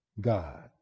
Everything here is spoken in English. God